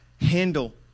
handle